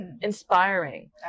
inspiring